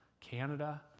Canada